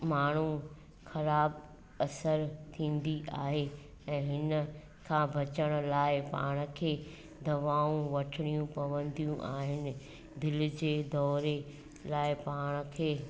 माण्हू ख़राबु असरु थींदी आहे ऐं हिन खां बचण लाइ पाण खे दवाऊं वठिणी पवंदियूं आहिनि दिलि जे दौरे लाइ पाण खे